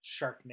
Sharknado